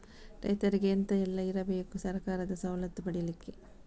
ರೈತರಿಗೆ ಎಂತ ಎಲ್ಲ ಇರ್ಬೇಕು ಸರ್ಕಾರದ ಸವಲತ್ತು ಪಡೆಯಲಿಕ್ಕೆ?